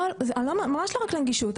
לא, ממש לא רק לנגישות.